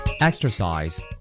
Exercise